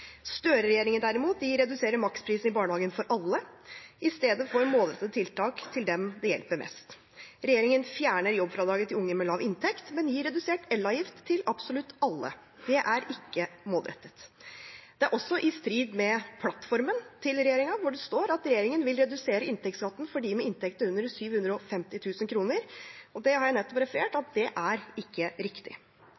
derimot reduserer maksprisen i barnehagen for alle, i stedet for å ha målrettede tiltak for dem det hjelper mest. Regjeringen fjerner jobbfradraget til unge med lav inntekt, men gir redusert elavgift til absolutt alle. Det er ikke målrettet. Det er også i strid med plattformen til regjeringen, hvor det står at regjeringen vil redusere inntektsskatten for dem med inntekter under 750 000 kr. Det har jeg nettopp referert